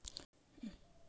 खाता फोन से भी खुल जाहै?